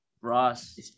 Ross